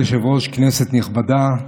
כבוד היושב-ראש, כנסת נכבדה,